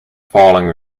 falling